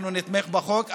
אנחנו נתמוך בחוק,